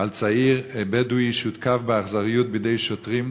על צעיר בדואי שהותקף באכזריות בידי שוטרים,